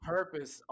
Purpose